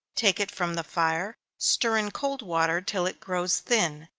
take it from the fire, stir in cold water till it grows thin,